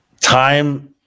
time